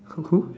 who who